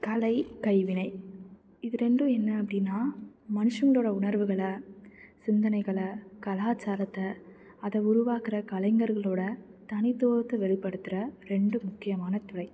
கலை கைவினை இது ரெண்டும் என்ன அப்படின்னா மனுஷங்களோடய உணர்வுகளை சிந்தனைகளை கலாச்சாரத்தை அதை உருவாக்கிற கலைஞர்களோடய தனித்துவத்தை வெளிப்படுத்துகிற ரெண்டு முக்கியமான துறை